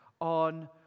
on